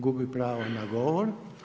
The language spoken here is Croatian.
Gubi pravo na govor.